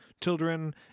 children